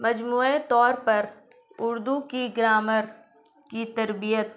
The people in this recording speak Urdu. مجموعے طور پر اردو کی گرامر کی تربیت